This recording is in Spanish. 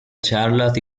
charlas